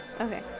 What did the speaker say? okay